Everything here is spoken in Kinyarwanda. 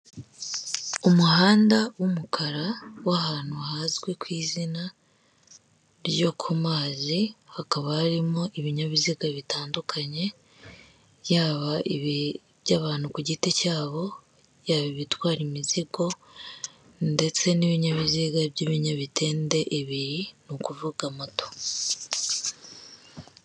Umuhanda w'umukara w'ahantu hazwi ku izina ryo ku mazi, hakaba harimo ibinyabiziga bitandukanye, yaba ibi by'abantu ku giti cyabo, yaba ibitwara imizigo ndetse n'ibinyabiziga by'ibinyabitende ibi ni ukuvuga moto.